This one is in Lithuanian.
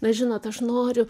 na žinot aš noriu